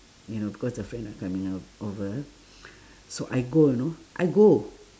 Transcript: you know because the friend are coming ou~ over so I go you know I go